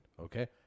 Okay